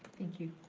thank you.